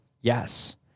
Yes